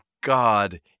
God